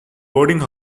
boarding